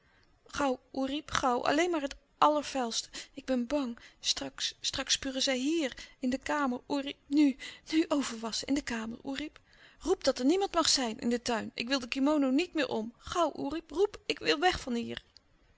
oerip gauw alleen maar het allervuilste ik ben bang straks straks spugen zij hier in de kamer oerip nu nu overwasschen in de kamer oerip roep dat er niemand mag zijn in den tuin ik wil de kimono niet meer om gauw oerip roep ik wil weg van hier